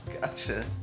Gotcha